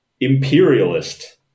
Imperialist